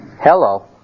Hello